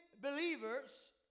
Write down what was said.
believers